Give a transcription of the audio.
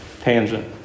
Tangent